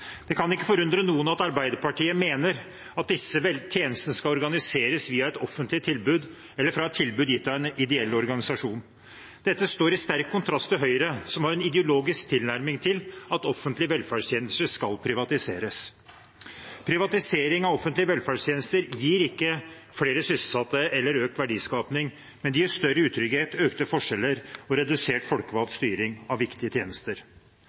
Det kan ikke forundre noen at Arbeiderpartiet mener at disse tjenestene skal organiseres via et offentlig tilbud eller et tilbud gitt av en ideell organisasjon. Dette står i sterk kontrast til Høyre, som har en ideologisk tilnærming til at offentlige velferdstjenester skal privatiseres. Privatisering av offentlige velferdstjenester gir ikke flere sysselsatte eller økt verdiskaping, men det gir større utrygghet, økte forskjeller og redusert folkevalgt styring av viktige tjenester.